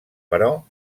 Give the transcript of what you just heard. però